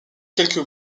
quelque